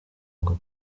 ngo